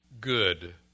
good